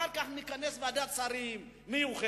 אחר כך נכנס ועדת שרים מיוחדת.